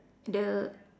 the